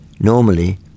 Normally